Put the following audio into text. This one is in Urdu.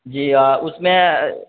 جی اس میں